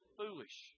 foolish